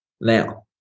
now